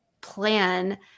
plan